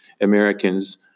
Americans